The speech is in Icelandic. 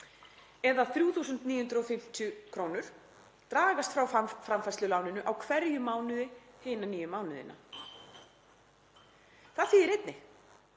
eða 3.950 krónur dragast frá framfærsluláninu á hverjum mánuði hina níu mánuðina. Það þýðir einnig